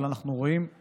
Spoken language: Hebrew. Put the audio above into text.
אבל אנחנו רואים את